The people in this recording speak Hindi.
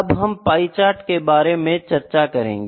अब हम पाई चार्ट के बारे में चर्चा करेंगे